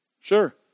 Sure